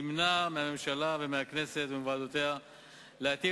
ימנע מהממשלה ומהכנסת ומוועדותיה להתאים